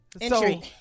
Entry